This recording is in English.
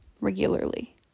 regularly